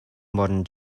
modern